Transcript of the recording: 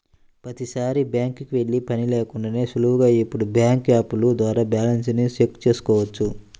ప్రతీసారీ బ్యాంకుకి వెళ్ళే పని లేకుండానే సులువుగా ఇప్పుడు బ్యాంకు యాపుల ద్వారా బ్యాలెన్స్ ని చెక్ చేసుకోవచ్చు